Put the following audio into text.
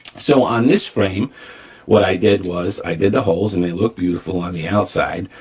so on this frame what i did was, i did the holes and they look beautiful on the outside,